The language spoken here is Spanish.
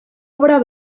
obra